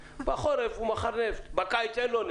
בחורף הוא מוכר נפט אבל בקיץ לא,